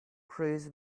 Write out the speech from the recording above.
cruise